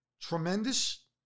tremendous